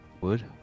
wood